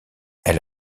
elle